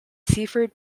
seaford